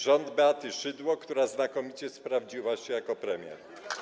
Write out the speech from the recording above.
rząd Beaty Szydło, która znakomicie sprawdziła się jako premier.